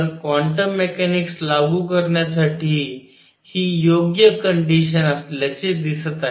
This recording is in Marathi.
तर क्वांटम मेकॅनिक्स लागू करण्यासाठी ही योग्य कंडिशन असल्याचे दिसत आहे